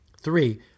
Three